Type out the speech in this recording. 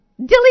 Dilly